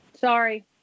Sorry